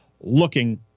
looking